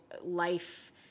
life